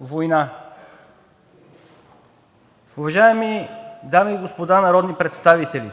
„война“. Уважаеми дами и господа народни представители,